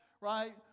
right